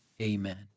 Amen